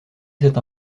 cette